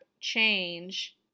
change